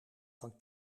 van